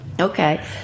Okay